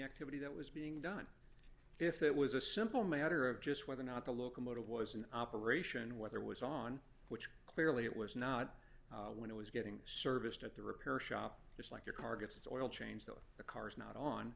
activity that was being done if it was a simple matter of just whether or not the locomotive was an operation whether was on which clearly it was not when it was getting serviced at the repair shop just like your car gets its oil change that the car is not on